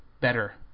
better